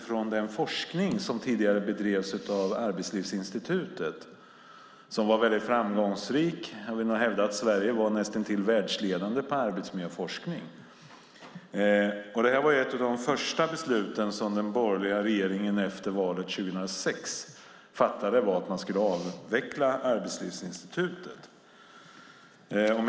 Arbetslivsinstitutet bedrev tidigare en framgångsrik forskning. Jag vill hävda att Sverige var näst intill världsledande på arbetsmiljöforskning. Ett av de första beslut som den borgerliga regeringen fattade efter valet 2006 var att man skulle avveckla Arbetslivsinstitutet.